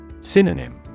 Synonym